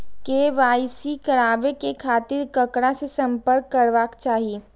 KYC कराबे के खातिर ककरा से संपर्क करबाक चाही?